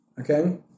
okay